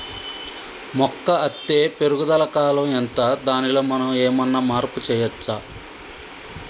మొక్క అత్తే పెరుగుదల కాలం ఎంత దానిలో మనం ఏమన్నా మార్పు చేయచ్చా?